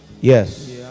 Yes